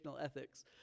ethics